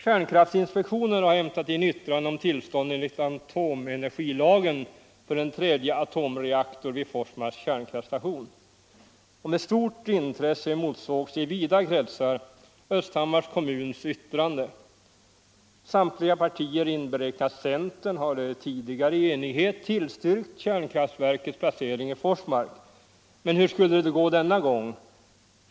Kärnkraftsinspektionen har hämtat in yttranden om tillstånd enligt atomenergilagen för en tredje atomreaktor vid Forsmarks kärnkraftstation. Med stort intresse emotsågs i vida kretsar Östhammars kommuns yttrande. Samtliga partier inberäknat centern har tidigare i enighet tillstyrkt kärnkraftverkets placering i Forsmark. Men hur skulle det gå denna gång?